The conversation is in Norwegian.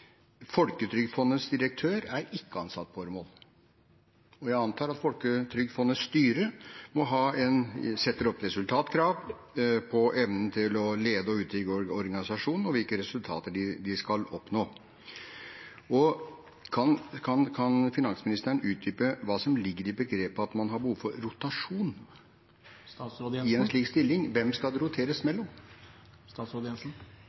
Folketrygdfondets direktør er ikke ansatt på åremål, og jeg antar at Folketrygdfondets styre setter opp resultatkrav når det gjelder evnen til å lede og utvikle organisasjonen og hvilke resultater de skal oppnå. Kan finansministeren utdype hva som ligger i at man har behov for rotasjon i en slik stilling? Hvem skal det roteres